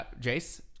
Jace